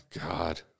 god